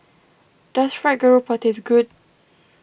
does Fried Garoupa taste good